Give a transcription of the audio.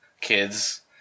kids